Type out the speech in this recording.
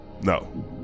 No